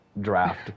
draft